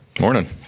morning